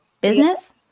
business